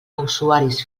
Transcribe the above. usuaris